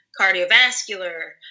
Cardiovascular